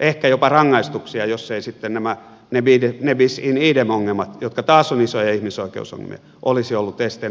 ehkä jopa rangaistuksia jos eivät sitten nämä ne bis in idem ongelmat jotka taas ovat isoja ihmisoikeusongelmia olisi olleet esteenä varsinaisille rangaistuksille